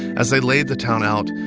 as they laid the town out,